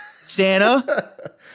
Santa